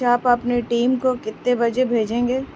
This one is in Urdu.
کیا آپ اپنی ٹیم کو کتے بجے بھیجیں گے